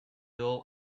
all